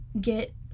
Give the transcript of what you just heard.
get